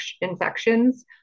infections